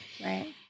Right